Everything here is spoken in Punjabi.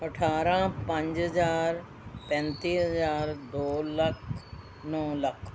ਅਠਾਰਾਂ ਪੰਜ ਹਜ਼ਾਰ ਪੈਂਤੀ ਹਜ਼ਾਰ ਦੋ ਲੱਖ ਨੌ ਲੱਖ